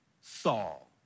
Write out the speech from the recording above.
Saul